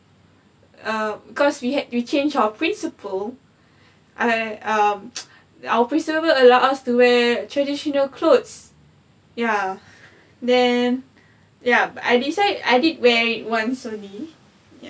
um cause we had we change our principal I um our principal allow us to wear traditional clothes ya then yup I decide I did wear it once only